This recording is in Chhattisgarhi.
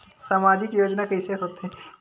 सामजिक योजना कइसे होथे?